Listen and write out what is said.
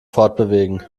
fortbewegen